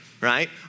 right